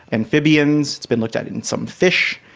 amphibians, it's been looked at in some fish.